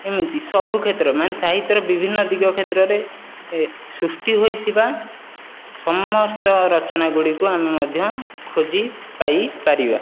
ଏମିତି ସବୁ କ୍ଷେତ୍ର ମାନେ ସାହିତ୍ୟର ବିଭିନ୍ନ ଦିଗ କ୍ଷେତ୍ରରେ ସୃଷ୍ଟି ହୋଇଥିବା ସମସ୍ତ ରଚନା ଗୁଡ଼ିକୁ ଆମେ ମଧ୍ୟ ଖୋଜି ପାଇ ପାରିବା